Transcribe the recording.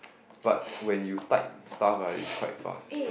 but when you type stuff ah is quite fast